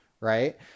right